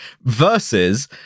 versus